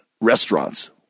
restaurants